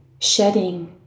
Shedding